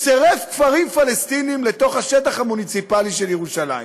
צירף כפרים פלסטינים לתוך השטח המוניציפלי של ירושלים.